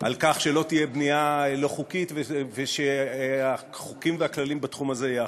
בכך שלא תהיה בנייה לא חוקית ושהחוקים והכללים בתחום הזה ייאכפו.